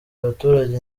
abaturage